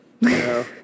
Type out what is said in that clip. No